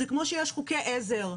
זה כמו שיש חוקי עזר.